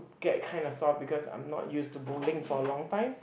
get kind of soft because I'm not use to bowling for a long time